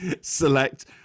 select